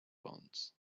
bonds